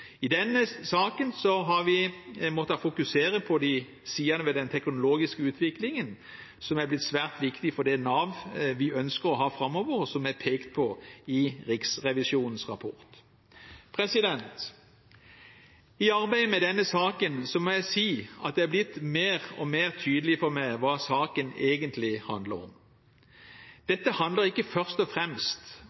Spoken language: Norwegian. I denne saken har vi måttet fokusere på de sidene ved den teknologiske utviklingen som er blitt svært viktig for det Nav som vi ønsker å ha framover, og som er pekt på i Riksrevisjonens rapport. I arbeidet med denne saken må jeg si at det er blitt mer og mer tydelig for meg hva saken egentlig handler om. Dette handler ikke først og fremst